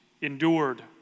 endured